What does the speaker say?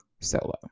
solo